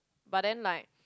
but then like